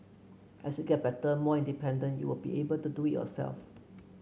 as you get better more independent you will be able to do it yourself